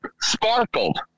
sparkled